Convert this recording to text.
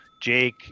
Jake